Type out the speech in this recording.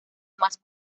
más